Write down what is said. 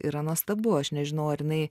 yra nuostabu aš nežinau ar jinai